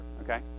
okay